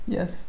Yes